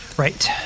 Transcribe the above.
right